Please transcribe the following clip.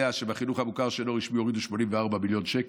שבחינוך המוכר שאינו רשמי הורידו 84 מיליון שקל.